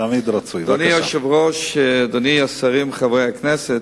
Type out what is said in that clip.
אדוני היושב-ראש, השרים, חברי הכנסת,